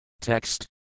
Text